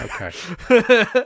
Okay